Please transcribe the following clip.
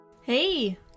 Hey